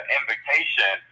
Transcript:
invitation